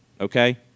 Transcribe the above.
Okay